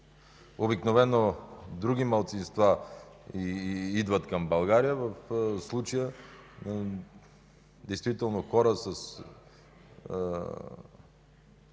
обикновено други малцинства идват към България. В случая действително хора с